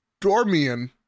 Dormian